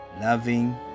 loving